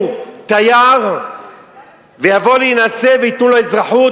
תייר ויבוא להינשא וייתנו לו אזרחות?